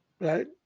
right